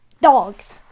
Dogs